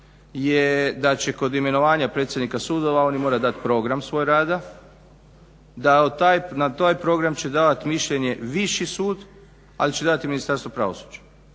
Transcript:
je da će kod imenovanja predsjednika sudova oni morati dati program svoj rada, da na taj program će davati mišljenje Viši sud, ali će davati i Ministarstvo pravosuđa.